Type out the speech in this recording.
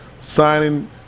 signing